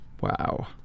Wow